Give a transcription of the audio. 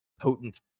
potent